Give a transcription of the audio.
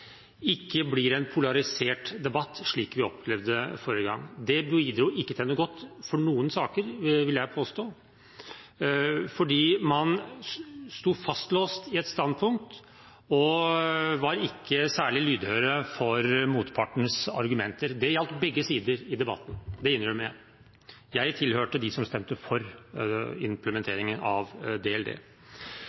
ikke blir en polarisert debatt, slik vi opplevde forrige gang. Det bidro ikke til noe godt for noen saker, vil jeg påstå, fordi man sto fastlåst i et standpunkt og ikke var særlig lydhør overfor motpartens argumenter. Det gjaldt begge sider i debatten – det innrømmer jeg. Jeg tilhørte dem som stemte for implementeringen av DLD.